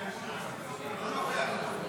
לא נוכח.